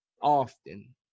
often